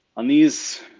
on these,